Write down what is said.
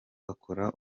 bakora